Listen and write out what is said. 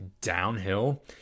downhill